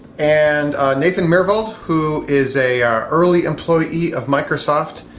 and nathan myhrvold, who is a early employee of microsoft,